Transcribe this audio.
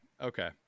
Okay